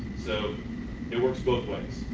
so it work both ways.